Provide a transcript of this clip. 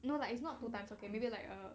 no lah it's not two times okay maybe like a